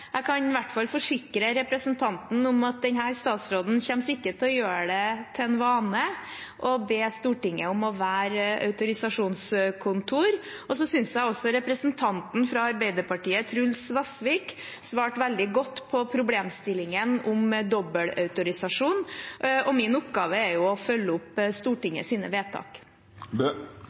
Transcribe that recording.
Jeg kan i hvert fall forsikre representanten om at denne statsråden ikke kommer til å gjøre det til en vane å be Stortinget om å være autorisasjonskontor. Jeg synes også representanten Truls Vasvik fra Arbeiderpartiet svarte veldig godt på problemstillingene rundt dobbel autorisasjon. Min oppgave er å følge opp